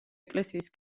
ეკლესიის